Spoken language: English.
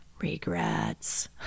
regrets